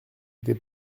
des